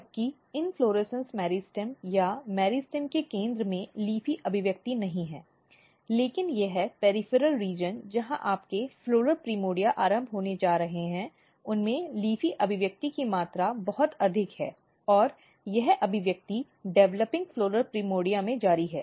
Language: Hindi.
जबकि इन्फ्लोरेसन्स मेरिस्टम या मेरिस्टेम के केंद्र में LEAFY अभिव्यक्ति नहीं है लेकिन यह परिधीय क्षेत्र जहां आपके फ़्लॉरल प्राइमर्डिया आरंभ होने जा रहे हैं उनमें LEAFY अभिव्यक्ति की मात्रा बहुत अधिक है और यह अभिव्यक्ति विकासशील फ़्लॉरल प्राइमर्डिया में जारी है